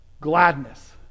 gladness